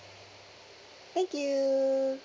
thank you